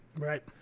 Right